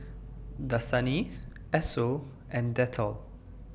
Dasani Esso and Dettol